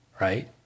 Right